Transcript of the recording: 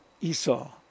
Esau